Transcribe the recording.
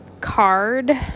card